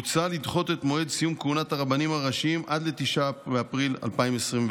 מוצע לדחות את מועד סיום כהונת הרבנים הראשיים עד 9 באפריל 2024,